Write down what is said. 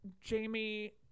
Jamie